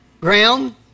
Ground